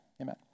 Amen